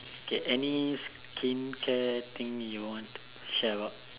K any skincare thing you want to share about